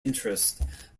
interest